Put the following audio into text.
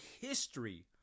history